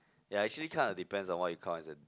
ya actually kind of depends on what you count as in